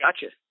Gotcha